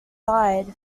died